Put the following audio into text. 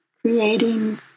creating